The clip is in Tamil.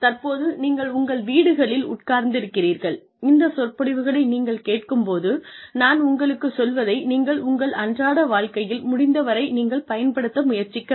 தற்போது நீங்கள் உங்கள் வீடுகளில் உட்கார்ந்திருக்கிறீர்கள் இந்த சொற்பொழிவுகளை நீங்கள் கேட்கும்போது நான் உங்களுக்குச் சொல்வதை நீங்கள் உங்கள் அன்றாட வாழ்க்கையில் முடிந்தவரை நீங்கள் பயன்படுத்த முயற்சிக்க வேண்டும்